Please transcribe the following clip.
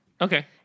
Okay